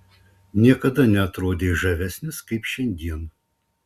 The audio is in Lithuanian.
niekada neatrodei žavesnis kaip šiandien